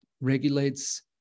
regulates